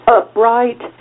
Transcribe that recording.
upright